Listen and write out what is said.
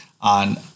on